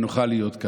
ונוכל להיות,